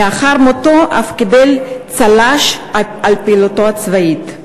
שלאחר מותו אף קיבל צל"ש על פעילותו הצבאית.